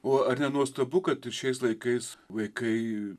o ar nenuostabu kad šiais laikais vaikai